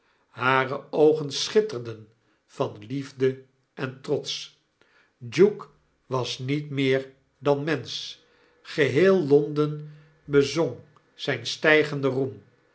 hare oogen schitterden van liefde en trots duke was niet meer dan mensch geheel londen bezong ztfn stijgenden roem